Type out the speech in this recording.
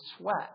sweat